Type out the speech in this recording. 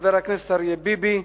חבר הכנסת אריה ביבי,